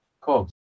Cool